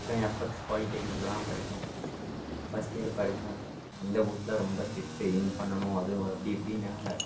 அப்புறம் எஃப்எக்ஸ் பாலிடெக்னிக்கில் தான் படிக்கேன் ஃபஸ்ட் இயர் படித்தேன் வந்த புதுசில் ரொம்ப ஸ்ட்ரிட்டு இன் பண்ணணும் அது அப்படி இப்படின்னாங்க